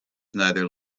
neither